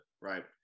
right